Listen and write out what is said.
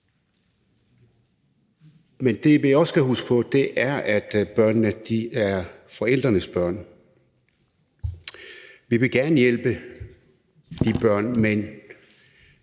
Men det, vi også skal huske på, er, at børnene er forældrenes børn. Vi vil gerne hjælpe de børn, men